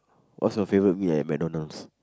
what's your favourite meal at McDonalds